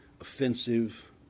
offensive